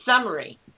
summary